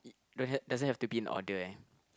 it don't ha~ doesn't have to be in order eh